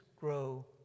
grow